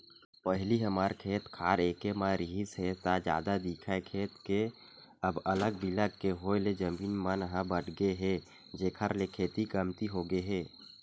पहिली हमर खेत खार एके म रिहिस हे ता जादा दिखय खेत के अब अलग बिलग के होय ले जमीन मन ह बटगे हे जेखर ले खेती कमती होगे हे